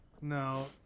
no